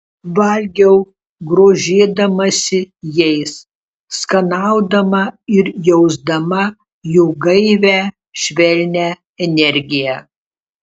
valgiau grožėdamasi jais skanaudama ir jausdama jų gaivią švelnią energiją